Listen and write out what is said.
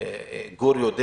גור יודע